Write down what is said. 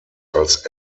als